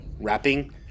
rapping